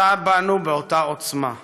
הכתה בנו באותה עוצמה.